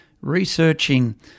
researching